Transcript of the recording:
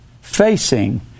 facing